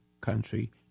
country